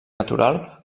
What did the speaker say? natural